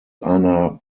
einer